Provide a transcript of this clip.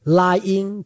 lying